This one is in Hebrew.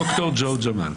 ד"ר ג'ו ג'מאל.